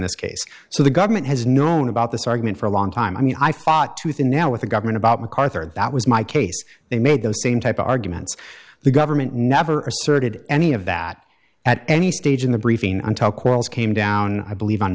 this case so the government has known about this argument for a long time i mean i fought tooth and now with the government about mcarthur that was my case they made those same type of arguments the government never asserted any of that at any stage in the briefing on top qualls came down i believe on